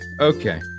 okay